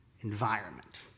environment